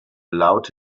allowed